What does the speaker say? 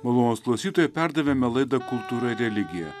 malonūs klausytojai perdavėme laida kultūra ir religija